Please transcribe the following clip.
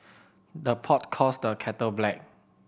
the pot calls the kettle black